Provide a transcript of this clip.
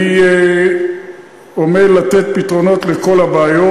אני עומד לתת פתרונות לכל הבעיות.